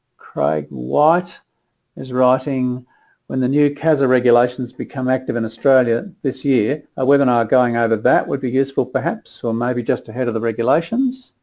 crying what is writing when the newcastle regulations become active in australia this year ah women are going out of of that would be useful perhaps or maybe just ahead of the regulations